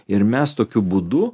ir mes tokiu būdu